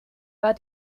war